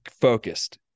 focused